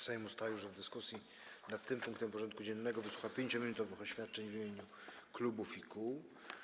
Sejm ustalił, że w dyskusji nad tym punktem porządku dziennego wysłucha 5-minutowych oświadczeń w imieniu klubów i kół.